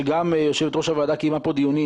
שגם יושבת ראש הוועדה קיימה פה דיונים